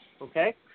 Okay